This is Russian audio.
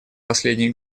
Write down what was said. последний